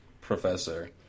professor